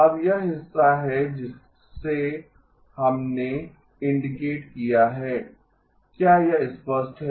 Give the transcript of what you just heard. अब यह हिस्सा है जिसे हमने इंडीकेट किया है क्या यह स्पष्ट है